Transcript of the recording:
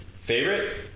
favorite